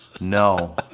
No